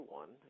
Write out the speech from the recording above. one